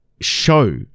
show